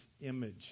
image